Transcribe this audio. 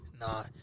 nah